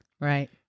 Right